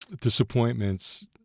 disappointments